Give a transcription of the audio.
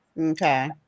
Okay